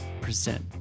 present